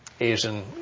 Asian